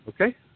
Okay